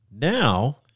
Now